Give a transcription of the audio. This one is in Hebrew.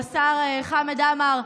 השר חמד עמאר,